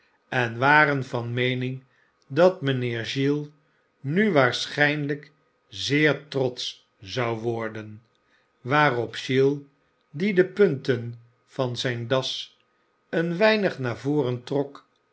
en waren van meening dat mijnheer giles nu waarschijnlijk zeer trotsch zou worden waarop gi es die de punten van zijne das een weinig naar voren trok